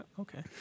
Okay